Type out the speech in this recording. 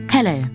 Hello